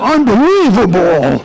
Unbelievable